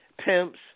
Pimps